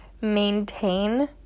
maintain